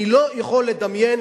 אני לא יכול לדמיין,